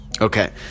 Okay